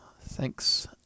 Thanks